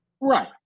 Right